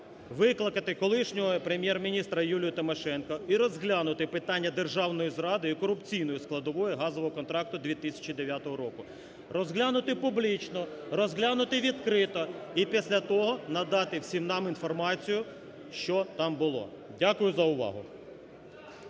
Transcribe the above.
викликати колишнього Прем'єр-міністра Юлію Тимошенко і розглянути питання державної зради і корупційної складової газового контракту 2009 року. Розглянути публічно, розглянути відкрито і після того надати всім нам інформацію, що там було. Дякую за увагу.